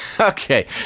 Okay